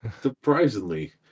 Surprisingly